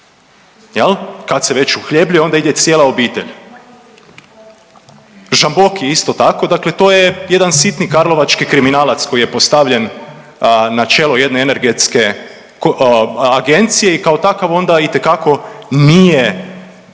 kad se već uhljebio, onda ide cijela obitelj. Žamboki, isto tako, dakle to je jedan sitni karlovački kriminalac koji je postavljen na čelo jedne energetske agencije i kao takav onda itekako nije